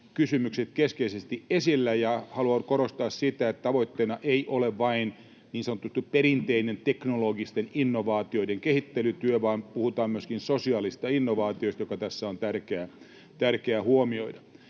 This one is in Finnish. innovaatiokysymykset keskeisesti esillä, ja haluan korostaa sitä, että tavoitteena ei ole vain niin sanottu perinteinen teknologisten innovaatioiden kehittelytyö, vaan puhutaan myöskin sosiaalisista innovaatioista, mikä tässä on tärkeää huomioida.